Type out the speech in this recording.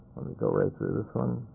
let me go right through this one.